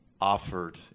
offered